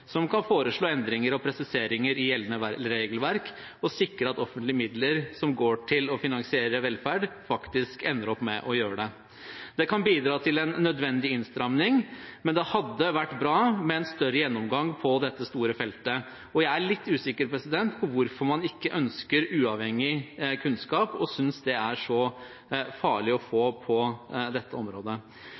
endringer og presiseringer i gjeldende regelverk som sikrer at offentlige midler som går til å finansiere velferd, faktisk ender opp med å gjøre det. Det kan bidra til en nødvendig innstramning, men det hadde vært bra med en større gjennomgang på dette store feltet, og jeg er litt usikker på hvorfor man ikke ønsker uavhengig kunnskap og synes det er så farlig å få på dette området.